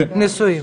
נשואים?